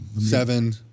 seven